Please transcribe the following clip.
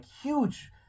huge